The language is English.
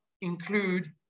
include